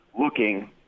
looking